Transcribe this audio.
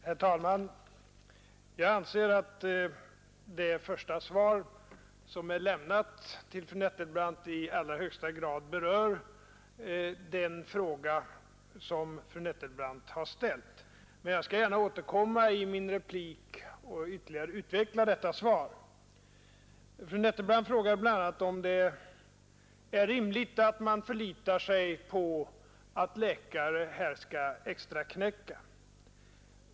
Herr talman! Jag anser att det första svar som är lämnat till fru Nettelbrandt i allra högsta grad berör den fråga som fru Nettelbrandt har ställt. Men jag skall gärna återkomma i min replik och ytterligare utveckla detta svar. Fru Nettelbrandt frågar bl.a. om det är rimligt att man förlitar sig på att läkare som det här gäller skall extraknäcka.